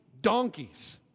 donkeys